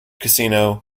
casino